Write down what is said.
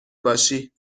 باشی